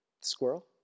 squirrel